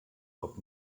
cop